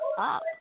up